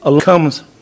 comes